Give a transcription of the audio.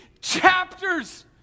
chapters